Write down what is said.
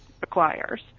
requires